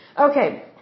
Okay